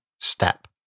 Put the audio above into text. step